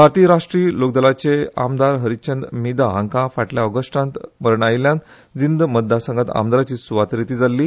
भारतीय राष्ट्रीय लोकदलाचे आमदार हरिचंद मिधा हांका फाटल्या ऑगस्टात मरण आयिल्ल्यान जिंद मतदारसंघात आमदाराची सुवात रिती जाल्ली